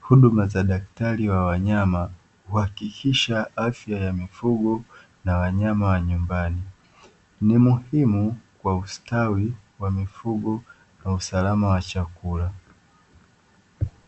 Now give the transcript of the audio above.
Huduma za daktari wa wanyama kuhakikisha afya ya mifugo na wanyama wa nyumbani ni muhimu kwa ustawi wa mifugo na usalama wa chakula.